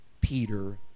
Peter